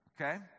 Okay